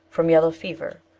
from yellow fever,